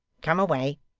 come away